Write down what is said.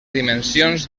dimensions